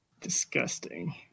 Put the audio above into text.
Disgusting